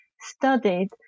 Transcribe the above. studied